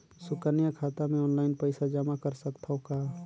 सुकन्या खाता मे ऑनलाइन पईसा जमा कर सकथव का?